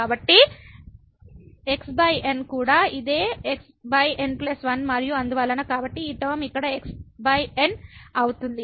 కాబట్టి |x|N కూడా ఇదే |x|N1 మరియు అందువలన కాబట్టి ఈ టర్మ ఇక్కడ |x|Nఅవుతుంది